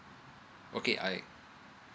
okay i